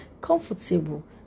comfortable